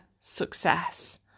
success